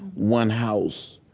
one house.